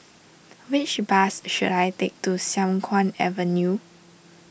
which bus should I take to Siang Kuang Avenue